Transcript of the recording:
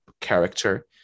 character